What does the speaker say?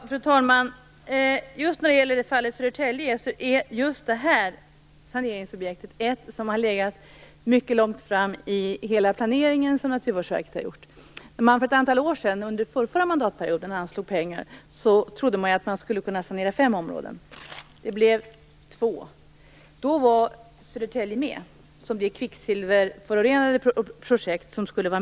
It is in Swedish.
Fru talman! I fallet Södertälje är just det här saneringsobjektet ett av dem som har legat mycket långt fram i Naturvårdsverkets hela planering. När pengar anslogs för ett par år sedan, under den förrförra mandatperioden, trodde man att fem områden skulle kunna saneras. Det blev två. Då fanns Södertälje med som det kvicksilverförorenade projektet.